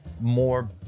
more